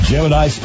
Gemini